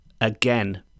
again